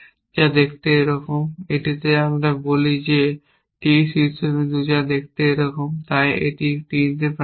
যা দেখতে এইরকম একটিকে আমরা বলি টি শীর্ষবিন্দু যা দেখতে এইরকম তাই এটি 3 প্রান্ত